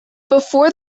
before